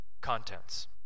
contents